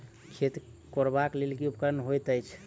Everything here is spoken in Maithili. खेत कोरबाक लेल केँ उपकरण बेहतर होइत अछि?